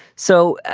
so,